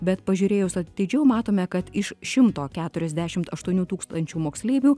bet pažiūrėjus atidžiau matome kad iš šimto keturiasdešimt aštuonių tūkstančių moksleivių